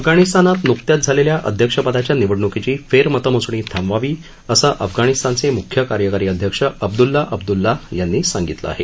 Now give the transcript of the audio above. अफगाणिस्तानात न्कत्याच झालेल्या अध्यक्षपदाच्या निवडणूकीची फेरमतमोजणी थांबवावी असं अफगाणिस्तानचे मुख्य कार्यकारी अध्यक्ष अब्द्र्ला यांनी सांगितलं आहे